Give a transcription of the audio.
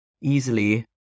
easily